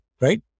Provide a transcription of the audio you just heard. right